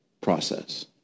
process